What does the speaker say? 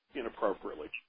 inappropriately